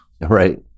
Right